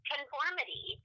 conformity